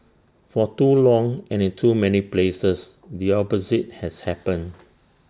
for too long and in too many places the opposite has happened